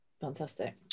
Fantastic